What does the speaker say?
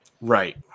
Right